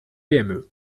pme